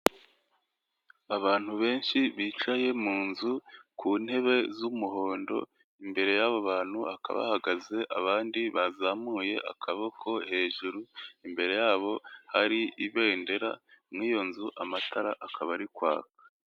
Abantu benshi bicaye mu nzu ku ntebe z'umuhondo imbere y'aba bantu hakaba hahagaze abandi bazamuye akaboko hejuru, imbere yabo hari ibendera mu iyo nzu amatara akaba ari kwaka.